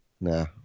nah